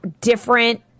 different